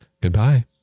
Goodbye